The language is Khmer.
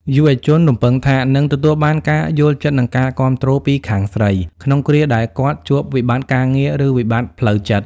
យុវជនរំពឹងថា នឹងទទួលបាន "ការយល់ចិត្ត និងការគាំទ្រ" ពីខាងស្រី ក្នុងគ្រាដែលគាត់ជួបវិបត្តិការងារ ឬវិបត្តិផ្លូវចិត្ត។